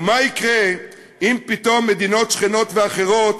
ומה יקרה אם פתאום מדינות שכנות ואחרות